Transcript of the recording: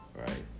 right